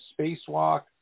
spacewalk